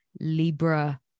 libra